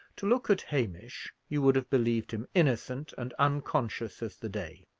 to look at hamish you would have believed him innocent and unconscious as the day.